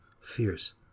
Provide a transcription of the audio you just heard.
fears